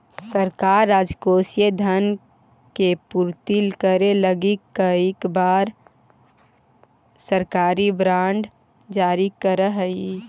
सरकार राजकोषीय धन के पूर्ति करे लगी कई बार सरकारी बॉन्ड जारी करऽ हई